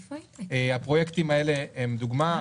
הפרויקטים האלה הם דוגמה,